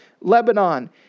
Lebanon